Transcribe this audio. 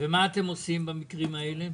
מה אתם עושים במקרים האלה?